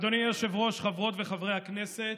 אדוני היושב-ראש, חברות וחברות הכנסת,